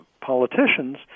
politicians